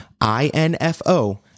I-N-F-O